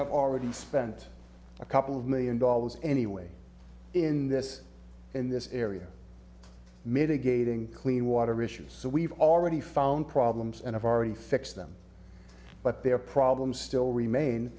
have already spent a couple of million dollars anyway in this in this area mitigating clean water issues so we've already found problems and i've already fixed them but there are problems still remain